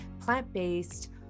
plant-based